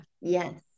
Yes